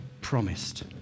promised